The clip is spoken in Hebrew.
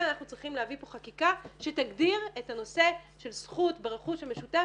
אנחנו צריכים להביא פה חקיקה שתגדיר את הנושא של זכות ברכוש המשותף